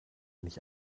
nicht